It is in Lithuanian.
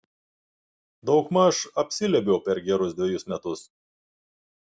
daugmaž apsiliuobiau per gerus dvejus metus